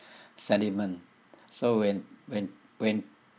sentiment so when when when